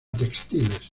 textiles